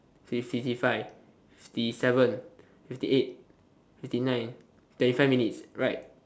fifty five fifty seven fifty eight fifty nine twenty five minutes right